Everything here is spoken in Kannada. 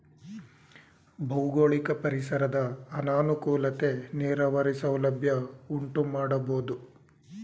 ಭೌಗೋಳಿಕ ಪರಿಸರದ ಅನಾನುಕೂಲತೆ ನೀರಾವರಿ ಸೌಲಭ್ಯ ಉಂಟುಮಾಡಬೋದು